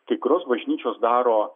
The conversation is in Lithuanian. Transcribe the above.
kai kurios bažnyčios daro